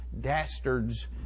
dastards